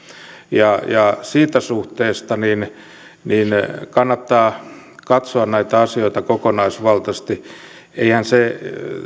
ja ja siinä suhteessa kannattaa katsoa näitä asioita kokonaisvaltaisesti eihän se